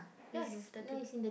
ya he's thirty p~